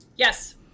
Yes